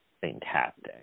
fantastic